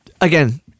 Again